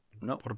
No